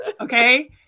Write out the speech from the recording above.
okay